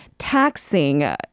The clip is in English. taxing